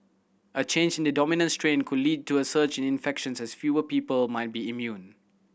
a change in the dominant strain could lead to a surge in infections as fewer people might be immune